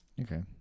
Okay